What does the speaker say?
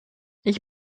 ich